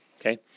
Okay